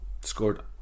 scored